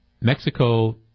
Mexico